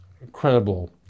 incredible